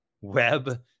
web